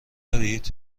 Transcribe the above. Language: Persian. دارید